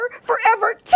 forever